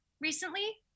recently